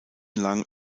lang